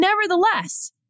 nevertheless